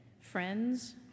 friends